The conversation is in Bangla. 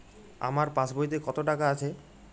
আমার পাসবইতে কত টাকা আছে?